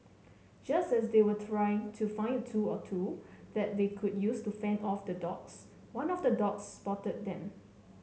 just as they were trying to find a tool or two that they could use to fend off the dogs one of the dogs spotted them